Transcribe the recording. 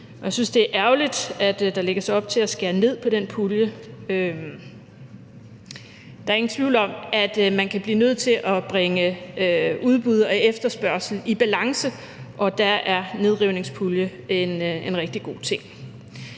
Jeg synes, det er ærgerligt, at der lægges op til at skære ned på den pulje. Der er ingen tvivl om, at man kan blive nødt til at bringe udbud og efterspørgsel i balance, og der er nedrivningspuljen en rigtig god ting.